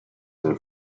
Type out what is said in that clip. del